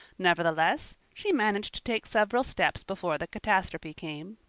nevertheless, she managed to take several steps before the catastrophe came.